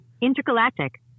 intergalactic